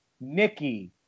Nikki